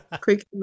Quick